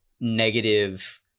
negative